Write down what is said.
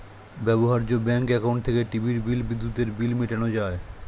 ব্যবহার্য bank account থেকে টিভির বিল, বিদ্যুতের বিল মেটানো যায়